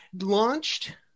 launched